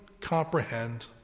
comprehend